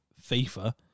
fifa